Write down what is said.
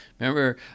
Remember